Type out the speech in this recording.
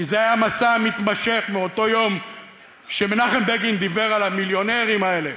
כי זה היה מסע מתמשך מאותו יום שמנחם בגין דיבר על המיליונרים האלה